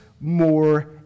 more